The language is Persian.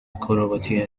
کرواتی